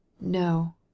No